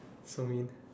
so